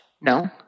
No